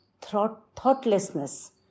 thoughtlessness